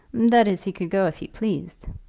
that is, he could go if he pleased.